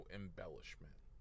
embellishment